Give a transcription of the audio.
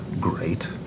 great